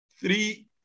Three